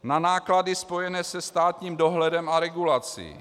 Na náklady spojené se státním dohledem a regulací.